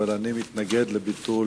אבל אני נגד ביטול